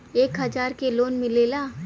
एक हजार के लोन मिलेला?